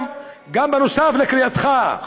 גם נוסף על קריאתך,